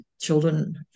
children